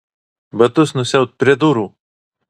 batus nusiaut prie durų